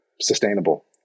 sustainable